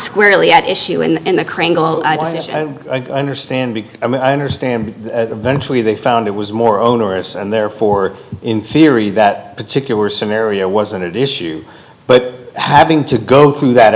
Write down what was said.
squarely at issue and the understand be eventually they found it was more onerous and therefore in theory that particular scenario wasn't an issue but having to go through that